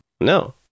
No